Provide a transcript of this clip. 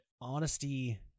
honesty